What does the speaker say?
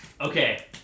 Okay